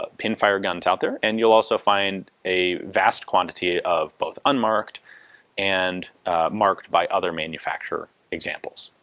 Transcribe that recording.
ah pinfire guns out there, and you'll also find a vast quantity of both unmarked and marked by other manufacturer examples.